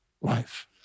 life